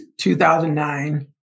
2009